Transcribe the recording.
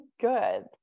good